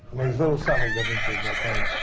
and these little subtle differences i find.